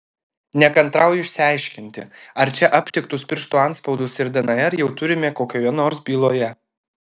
nekantrauju išsiaiškinti ar čia aptiktus pirštų atspaudus ir dnr jau turime kokioje nors byloje